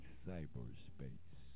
cyberspace